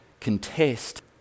contest